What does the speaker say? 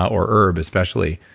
or herb especially.